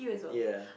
ya